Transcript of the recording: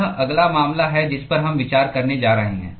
यह अगला मामला है जिस पर हम विचार करने जा रहे हैं